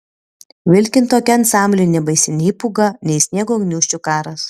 vilkint tokį ansamblį nebaisi nei pūga nei sniego gniūžčių karas